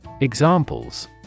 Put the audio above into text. Examples